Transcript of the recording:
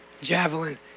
javelin